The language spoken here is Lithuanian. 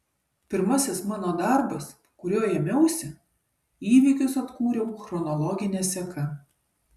pirmasis mano darbas kurio ėmiausi įvykius atkūriau chronologine seka